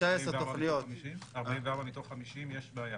ב-19 תוכניות --- 44 מתוך 50 יש בעיה.